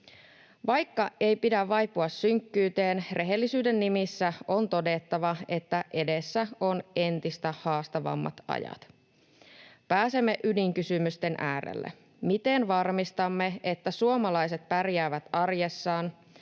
Vaikka ei pidä vaipua synkkyyteen, rehellisyyden nimissä on todettava, että edessä on entistä haastavammat ajat. Pääsemme ydinkysymysten äärelle: miten varmistamme, että suomalaiset pärjäävät arjessaan,